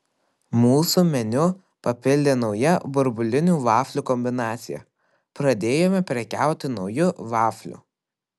mūsų meniu papildė nauja burbulinių vaflių kombinacija pradėjome prekiauti nauju vafliu